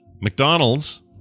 McDonald's